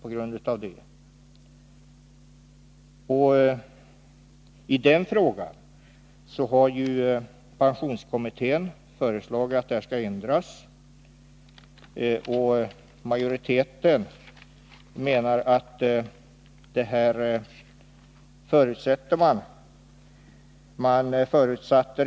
På den punkten har pensionskommittén föreslagit en ändring. Majoriteten menar att en sådan ändring är en förutsättning.